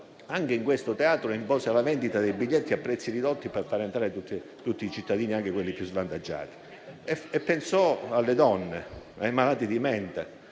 Anche in questo Teatro impose la vendita dei biglietti a prezzi ridotti per far entrare tutti i cittadini, anche quelli più svantaggiati. Pensò alle donne, ai malati di mente,